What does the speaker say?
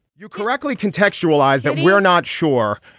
you correctly contextualize that we're not sure.